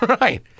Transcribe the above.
Right